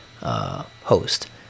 host